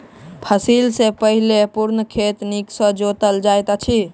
फसिल सॅ पहिने पूर्ण खेत नीक सॅ जोतल जाइत अछि